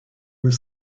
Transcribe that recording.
were